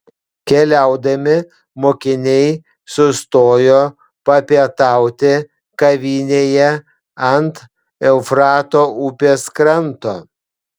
keliaudami mokiniai sustojo papietauti kavinėje ant eufrato upės kranto